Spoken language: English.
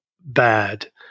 bad